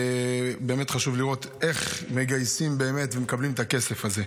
באמת חשוב לראות איך מגייסים באמת ומקבלים את הכסף הזה.